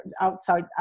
outside